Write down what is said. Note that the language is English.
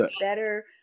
better